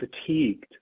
fatigued